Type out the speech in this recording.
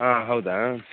ಹಾಂ ಹೌದಾ